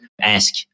ask